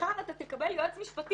מחר אתה תקבל יועץ משפטי,